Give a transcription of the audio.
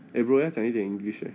eh bro 要讲一点 english leh